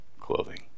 clothing